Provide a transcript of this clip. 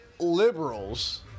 Liberals